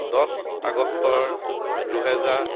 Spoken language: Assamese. দহ আগষ্ট দুহেজাৰ